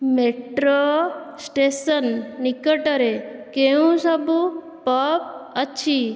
metro station ନିକଟରେ କେଉଁ ସବୁ ପବ୍ ଅଛି